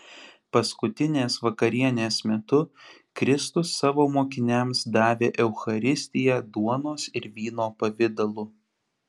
paskutinės vakarienės metu kristus savo mokiniams davė eucharistiją duonos ir vyno pavidalu